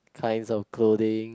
kind of clothing